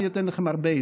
אני אתן לכם הרבה עצות.